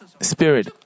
spirit